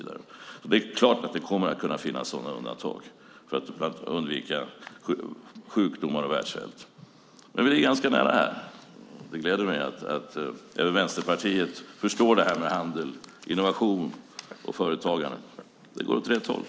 Det är klart att det kommer att finnas sådana undantag för att undvika sjukdomar och världssvält. Vi är ganska nära varandra. Det gläder mig att även Vänsterpartiet förstår frågan om handel, innovation och företagande. Det går åt rätt håll.